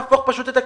נהפוך את הכיוון.